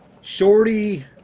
shorty